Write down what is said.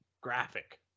graphic